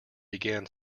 began